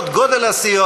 אתה לא מחד"ש, נכון?